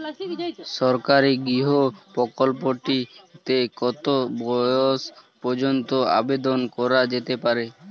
সরকারি গৃহ প্রকল্পটি তে কত বয়স পর্যন্ত আবেদন করা যেতে পারে?